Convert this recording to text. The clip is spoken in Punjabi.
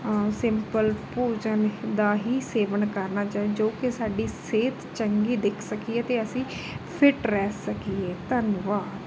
ਸਿੰਪਲ ਭੋਜਨ ਦਾ ਹੀ ਸੇਵਨ ਕਰਨਾ ਚਾ ਜੋ ਕਿ ਸਾਡੀ ਸਿਹਤ ਚੰਗੀ ਦਿੱਖ ਸਕੀਏ ਅਤੇ ਅਸੀਂ ਫਿੱਟ ਰਹਿ ਸਕੀਏ ਧੰਨਵਾਦ